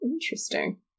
interesting